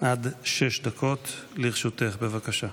עד שש דקות לרשותך, בבקשה.